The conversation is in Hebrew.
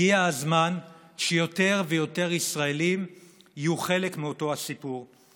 הגיע הזמן שיותר ויותר ישראלים יהיו חלק מאותו הסיפור.